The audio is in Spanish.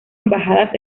embajadas